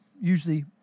usually